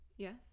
Yes